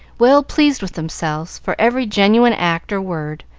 well pleased with themselves for every genuine act or word,